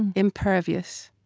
and impervious,